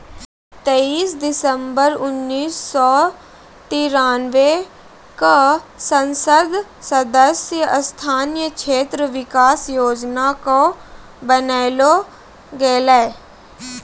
तेइस दिसम्बर उन्नीस सौ तिरानवे क संसद सदस्य स्थानीय क्षेत्र विकास योजना कअ बनैलो गेलैय